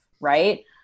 Right